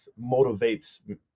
motivates